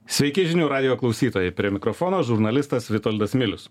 sveiki žinių radijo klausytojai prie mikrofono žurnalistas vitoldas milius